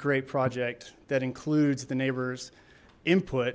great project that includes the neighbors input